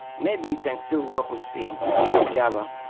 maybe you can still work with c or java,